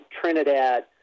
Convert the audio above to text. Trinidad